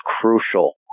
crucial